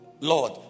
Lord